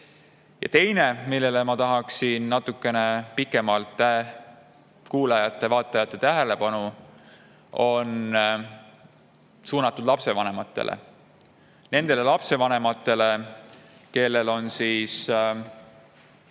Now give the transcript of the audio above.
[asi], millele ma tahaksin natukene pikemalt kuulajate-vaatajate tähelepanu [juhtida], on suunatud lapsevanematele. Nendele lapsevanematele, kellel on laps